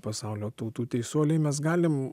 pasaulio tautų teisuoliai mes galim